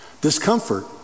Discomfort